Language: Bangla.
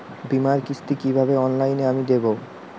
বীমার কিস্তি কিভাবে অনলাইনে আমি দেবো?